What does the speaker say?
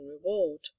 reward